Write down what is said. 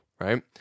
right